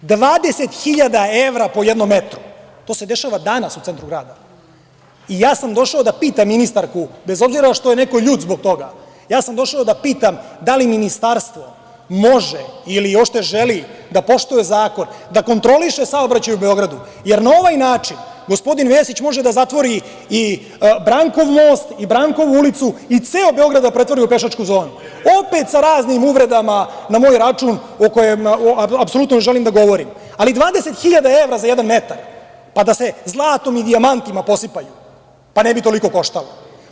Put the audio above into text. Dvadeset hiljada evra po jednom metru, to se dešava danas u centru grada, i ja sam došao da pitam ministarku, bez obzira što je neko ljut zbog toga, ja sam došao da pitam da li Ministarstvo može ili uopšte želi da poštuje zakon, da kontroliše saobraćaj u Beogradu, jer na ovaj način gospodin Vesić može da zatvori i Brankov most i Brankovu ulicu i ceo Beograd da pretvori u pešački zonu, opet sa raznim uvredama na moj račun, o kojem apsolutno ne želim da govorim, ali 20 hiljada evra za jedan metar, pa da se zlatom i dijamantima posipali, pa ne bi toliko koštalo.